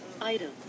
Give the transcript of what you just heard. item